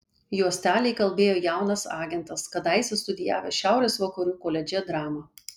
juostelę įkalbėjo jaunas agentas kadaise studijavęs šiaurės vakarų koledže dramą